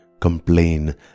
complain